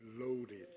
Loaded